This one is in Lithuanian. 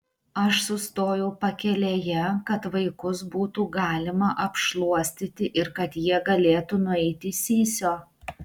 aš sustojau pakelėje kad vaikus būtų galima apšluostyti ir kad jie galėtų nueiti sysio